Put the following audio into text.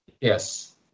Yes